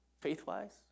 faith-wise